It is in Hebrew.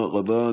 תודה רבה.